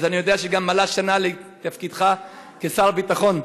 אז אני יודע שגם מלאה שנה לתפקידך כשר הביטחון.